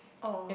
oh